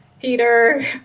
Peter